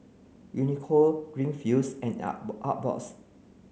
Uniqlo Greenfields and Artbox